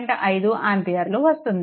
5 ఆంపియర్లు వస్తుంది